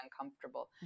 uncomfortable